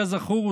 כזכור,